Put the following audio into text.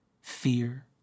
fear